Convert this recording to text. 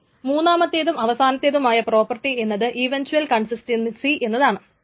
ഇനി മൂന്നമത്തേതും അവസാനത്തെതുമായ പ്രൊപ്പർട്ടി എന്നത് ഇവൻച്വൽ കൺസിസ്റ്റൻസി എന്നതാണ്